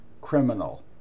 criminal